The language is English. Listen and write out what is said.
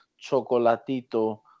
Chocolatito